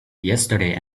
yesterday